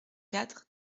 quatre